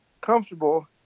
comfortable